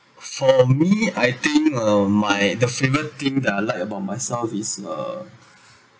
for me I think uh my the favourite thing that I like about myself is uh